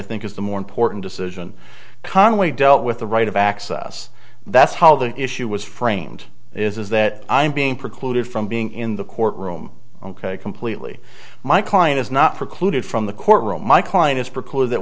think is the more important decision conway dealt with the right of access that's how the issue was framed is that i'm being precluded from being in the courtroom completely my client is not precluded from the courtroom my client is preclude that